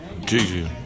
Gigi